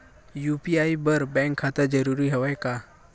UPI बर bank खाता जरूरी हवय का?